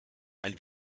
ein